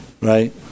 Right